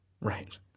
Right